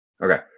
Okay